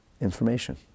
information